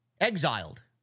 exiled